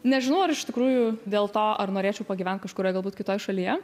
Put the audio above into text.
nežinau ar iš tikrųjų dėl to ar norėčiau pagyvent kažkurioj galbūt kitoj šalyje